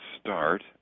start